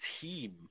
team